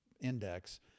index